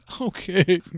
Okay